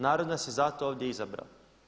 Narod nas je za to ovdje izabrao.